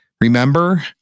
remember